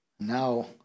Now